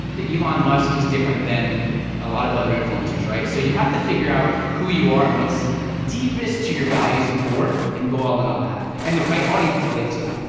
the elon musk is different than a lot of other influencers, right? so, you have to figure out who you are, and what's deepest to your values, and core, and go all in on that, and the right audience will relate to you.